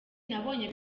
nabonye